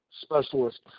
specialist